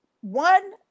One